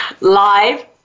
live